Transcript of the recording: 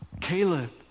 Caleb